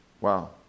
Wow